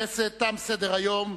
התשס"ט 2009,